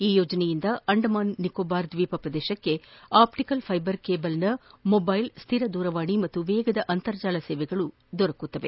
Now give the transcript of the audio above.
ಈ ಯೋಜನೆಯಿಂದ ಅಂಡಮಾನ್ ಮತ್ತು ನಿಕೋಬಾರ್ ದ್ವೀಪ ಪ್ರದೇಶಕ್ಕೆ ಆಪ್ಟಿಕಲ್ ಫೈಬರ್ ಕೇಬಲ್ನ ಮೊಬೈಲ್ ಕ್ಹಿರ ದೂರವಾಣಿ ಮತ್ತು ವೇಗದ ಅಂತರ್ಜಾಲ ಸೇವೆಗಳು ಲಭ್ಯವಾಗಲಿದೆ